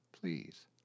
please